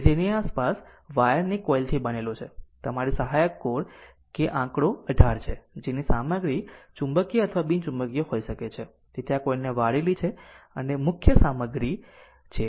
તેથી તે તેની આસપાસ વાયરની કોઇલથી બનેલો છે તમારી સહાયક કોર કે આ આંકડો 18 છે જેની સામગ્રી ચુંબકીય અથવા બિન ચુંબકીય હોઈ શકે છે તેથી આ કોઇલને વાળેલી છે અને આ મુખ્ય સામગ્રી છે